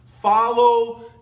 Follow